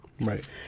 right